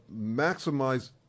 maximize